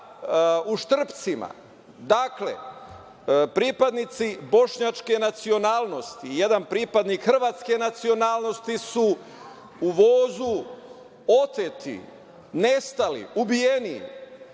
u Štrpcima. Dakle, pripadnici bošnjačke nacionalnosti i jedan pripadnik hrvatske nacionalnosti su u vozu oteti, nestali, ubijeni,